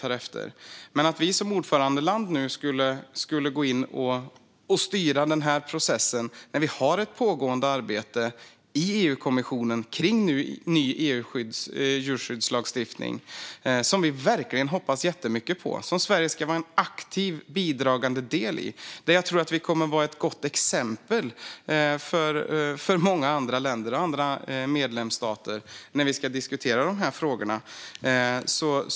Men det handlar inte om att vi som ordförandeland nu skulle gå in och styra processen när vi har ett pågående arbete i EU-kommissionen om ny djurskyddslagstiftning, som vi verkligen hoppas jättemycket på. Sverige ska vara aktivt och en bidragande del i arbetet. Vi kommer att vara ett gott exempel för många andra länder och andra medlemsstater när vi ska diskutera de här frågorna.